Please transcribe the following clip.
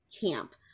camp